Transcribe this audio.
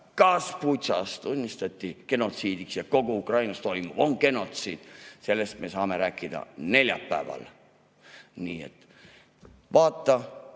[toimunu] tunnistati genotsiidiks ja kogu Ukrainas toimuv on genotsiid? Sellest me saame rääkida neljapäeval. Vaata